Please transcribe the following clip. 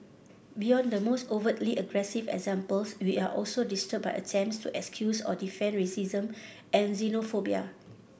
beyond the most overtly aggressive examples we are also disturbed by attempts to excuse or defend racism and xenophobia